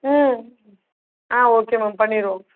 ம் ஆ okay ma'am பண்ணிருவோம்